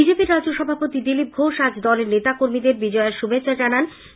বিজেপির রাজ্য সভাপতি দিলীপ ঘোষ আজ দলের নেতা কর্মীদের বিজয়ার শুভেচ্ছা জানিয়েছেন